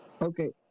Okay